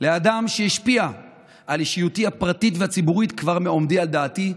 לאדם שהשפיע על אישיותי הפרטית והציבורית כבר מעומדי על דעתי,